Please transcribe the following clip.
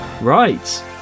Right